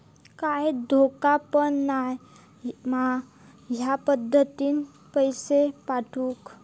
काय धोको पन नाय मा ह्या पद्धतीनं पैसे पाठउक?